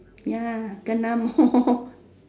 ya kena more